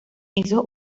esos